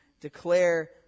declare